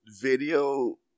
video